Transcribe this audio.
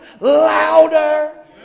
louder